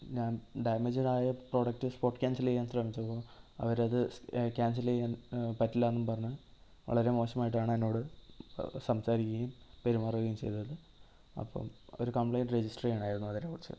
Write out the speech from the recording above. ഞാൻ ഡാമേജ്ഡ് ആയ product spot cancel ചെയ്യാൻ ശ്രമിച്ചപ്പോൾ അവർ അത് സ് ക്യാൻസൽ ചെയ്യാൻ പറ്റില്ല എന്നും പറഞ്ഞ് വളരെ മോശമായിട്ടാണ് എന്നോട് സംസാരിക്കുകയും പെരുമാറുകയും ചെയ്തത് അപ്പം ഒരു കംപ്ലൈൻറ്റ് രജിസ്റ്റർ ചെയ്യണമായിരുന്നു അതിനെക്കുറിച്ച്